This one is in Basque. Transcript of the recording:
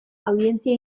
audientzia